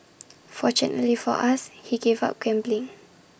fortunately for us he gave up gambling